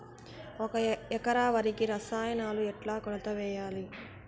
ఒక ఎకరా వరికి రసాయనాలు ఎట్లా కొలత వేయాలి?